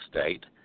state